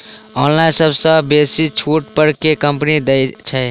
Online सबसँ बेसी छुट पर केँ कंपनी दइ छै?